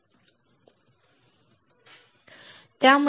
मी तुझ्यासाठी वेफर आणतो